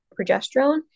progesterone